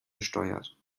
besteuert